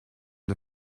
the